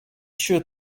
sure